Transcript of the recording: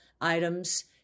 items